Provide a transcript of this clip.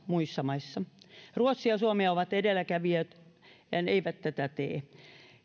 muissa maissa ruotsi ja suomi ovat edelläkävijät ne eivät tätä tee